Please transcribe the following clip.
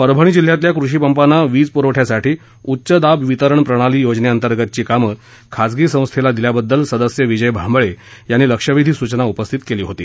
परभणी जिल्ह्यातल्या कृषीपंपांना वीज प्रवठ्यासाठी उच्च दाब वितरण प्रणाली योजनेअंतर्गतची कामं खासगी संस्थेला दिल्याबद्दल सदस्य विजय भांबळे यांनी लक्षवेधी सूचना उपस्थित केली होती